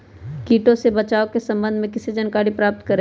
किटो से बचाव के सम्वन्ध में किसी जानकारी प्राप्त करें?